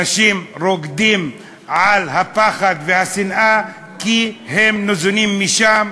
אנשים רוקדים על הפחד והשנאה כי הם ניזונים משם,